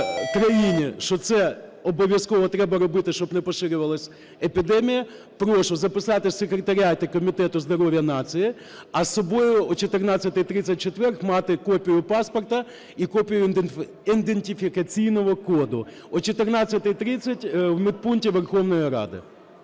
країні, що це обов'язково треба робити, щоб не поширювалась епідемія, прошу записати в секретаріаті Комітету здоров'я нації. А з собою о 14:30 в четвер мати копію паспорта і копію ідентифікаційного коду. О 14:30 в медпункті Верховної Ради.